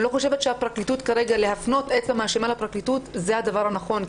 אני לא חושבת שלהפנות אצבע מאשימה לפרקליטות זה הדבר הנכון,